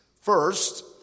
First